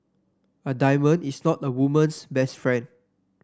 a diamond is not a woman's best friend